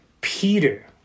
Peter